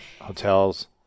Hotels